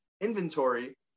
inventory